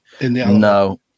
No